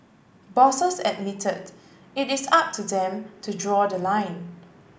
bosses admitted it is up to them to draw the line